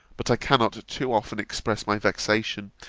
but i cannot too often express my vexation,